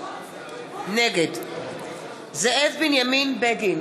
נגד זאב בנימין בגין,